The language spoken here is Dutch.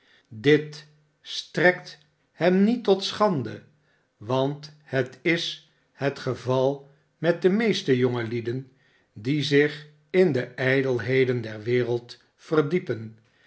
dit strekt hem niet tot schande want het is het geval met de meeste jonge lieden die zich in de ijdelheden der wereld verdiepen